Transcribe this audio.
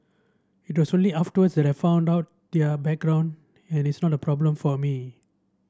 it was only afterwards that I found out their background and it is not a problem for me